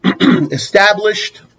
established